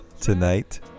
tonight